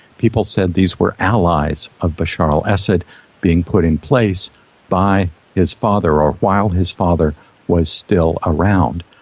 people said these were allies of bashar al-assad being put in place by his father, or while his father was still around.